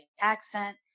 accent